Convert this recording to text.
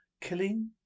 killing